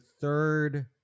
third